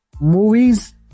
Movies